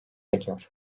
ediyor